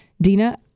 Dina